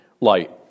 light